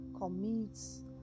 commits